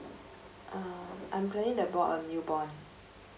uh I'm planning to board a newborn